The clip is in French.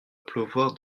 pleuvoir